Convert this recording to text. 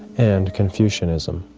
and confucianism.